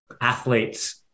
athletes